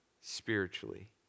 spiritually